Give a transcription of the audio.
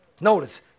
Notice